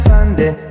Sunday